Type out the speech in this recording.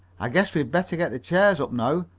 i guess we'd better get the chairs up now,